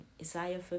Isaiah